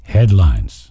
Headlines